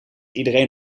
iedereen